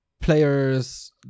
players